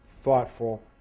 thoughtful